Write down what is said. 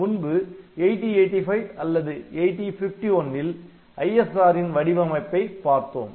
முன்பு 8085 அல்லது 8051ல் ISRன் வடிவமைப்பை பார்த்தோம்